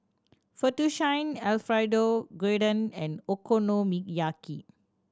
Fettuccine Alfredo Gyudon and Okonomiyaki